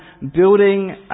building